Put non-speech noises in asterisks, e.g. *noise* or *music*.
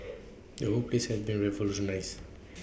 *noise* the whole place has been revolutionised